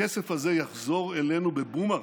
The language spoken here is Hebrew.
הכסף הזה יחזור אלינו כבומרנג.